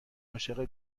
عاشق